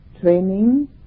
Training